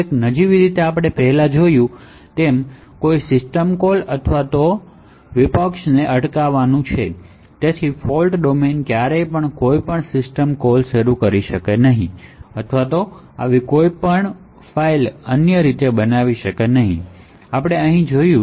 એક રીત જે આપણે પહેલાં જોયું છે તે આવી કોઈ સિસ્ટમ કોલ અથવા ઇનટ્રપટ ને અટકાવવાનું છે અને ફોલ્ટ ડોમેન ક્યારેય પણ કોઈ સિસ્ટમ કોલ શરૂ કરી શકશે નહીં અથવા આવી કોઈ ફાઇલો ને બનાવી શકશે નહીં જે આપણે અહીં જોયું છે